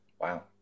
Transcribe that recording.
Wow